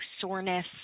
soreness